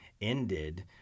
ended